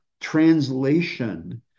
translation